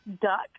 duck